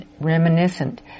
reminiscent